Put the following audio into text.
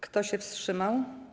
Kto się wstrzymał?